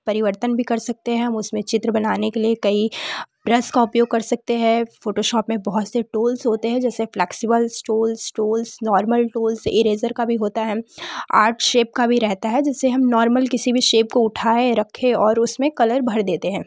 परिवर्तन भी कर सकते हैं हम उसमें चित्र बनाने के लिए कई ब्रश का उपयोग कर सकते हैं फोटोशोप में बहुत से टूल्स होते हैं जैसे flexibles tools tools normal tools eraser का भी होता है आर्क शेप का भी रहता है जिसे हम नॉर्मल किसी भी शेप को उठाए रखें और उसमें कलर भर देते हैं